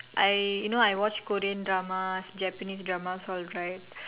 I you know I watch Korean dramas Japanese dramas all right